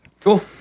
Cool